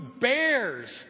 bears